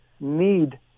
need